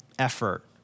effort